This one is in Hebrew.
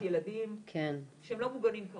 של כמעט 900 אלף ילדים שהם לא מוגנים כרגע